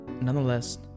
nonetheless